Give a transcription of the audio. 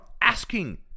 asking